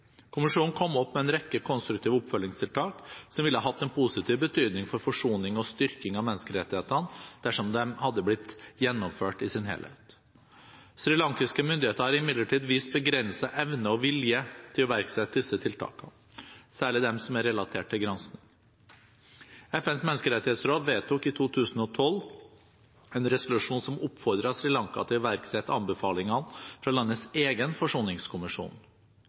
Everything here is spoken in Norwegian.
rekke konstruktive oppfølgingstiltak som ville ha hatt en positiv betydning for forsoning og styrking av menneskerettighetene dersom de hadde blitt gjennomført i sin helhet. Srilankiske myndigheter har imidlertid vist begrenset evne og vilje til å iverksette disse tiltakene, særlig de som er relatert til gransking. FNs menneskerettighetsråd vedtok i 2012 en resolusjon som oppfordret Sri Lanka til å iverksette anbefalingene fra landets egen forsoningskommisjon,